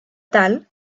tal